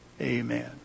Amen